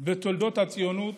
בתולדות הציונות